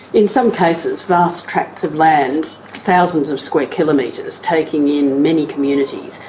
in some cases vast tracts of land, thousands of square kilometres taking in many communities,